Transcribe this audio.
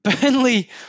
Burnley